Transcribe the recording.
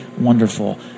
wonderful